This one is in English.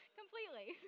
completely